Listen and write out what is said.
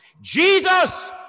Jesus